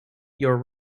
your